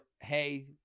hey